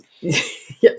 Yes